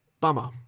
Bummer